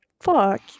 fuck